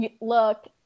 look